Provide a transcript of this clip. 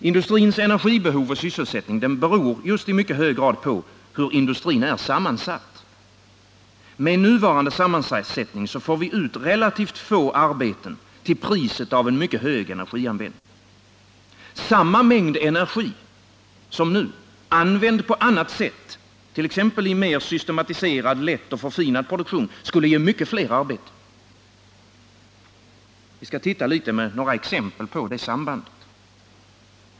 Industrins energibehov och sysselsättning beror i mycket hög grad just på hur industrin är sammansatt. Med nuvarande sammansättning får vi relativt få arbeten till priset av en mycket hög energianvändning. Samma mängd energi som nu skulle — använd på annat sätt, t.ex. i mer systematiserad lätt och förfinad produktion — ge mycket fler arbeten. Vi skall med några exempel titta litet på det sambandet.